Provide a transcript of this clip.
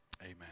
amen